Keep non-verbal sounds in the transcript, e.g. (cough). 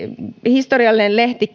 historiallinen lehti (unintelligible)